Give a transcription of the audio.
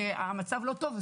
והמצב לא טוב,